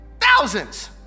thousands